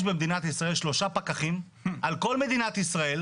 יש במדינת ישראל שלושה פקחים על כל מדינת ישראל.